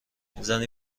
زنی